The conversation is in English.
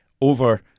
over